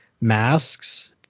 masks